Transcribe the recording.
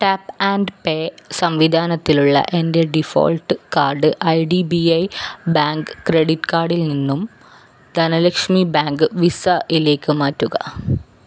tap and pay സംവിധാനത്തിലുള്ള എൻ്റെ default card I D B I bank credit കാർഡിൽ നിന്നും ധനലക്ഷ്മി ബാങ്ക് വിസയിലേക്ക് മാറ്റുക